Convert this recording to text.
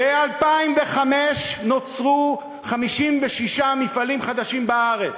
ב-2005 נוצרו 56 מפעלים חדשים בארץ,